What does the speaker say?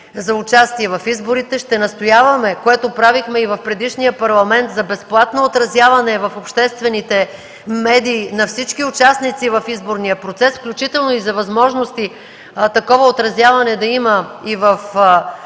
за участие в изборите. Ще настояваме, което правехме и в предишния Парламент, за безплатно отразяване в обществените медии на всички участници в изборния процес, включително и за възможности такова отразяване да има и в частните